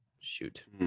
shoot